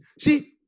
See